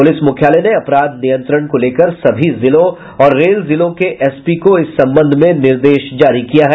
police मुख्यालय ने अपराध नियंत्रण को लेकर सभी जिलों और रेल जिलों के एसपी को इस संबंध में निर्देश जारी किया है